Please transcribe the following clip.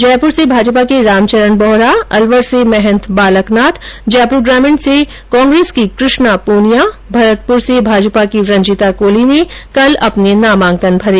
जयपुर से भाजपा के रामचरण बोहरा अलवर से महंत बालक नाथ जयपुर ग्रामीण से कांग्रेस की कृष्णा पूनिया भरतपुर से भाजपा की रंजीता कोली ने कल अपने नामांकन भरे